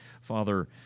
Father